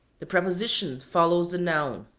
the preposition follows the noun,